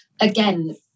again